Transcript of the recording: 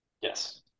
Yes